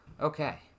Okay